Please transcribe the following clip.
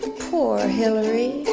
poor hillary.